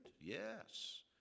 Yes